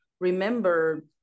remember